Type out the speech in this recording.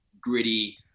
gritty